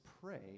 pray